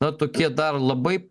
na tokie dar labai